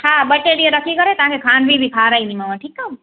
हा ॿ टे ॾींहं रखी करे तव्हांखे खांडवी बि खाराईंदीमांव ठीकु आहे